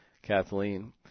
Kathleen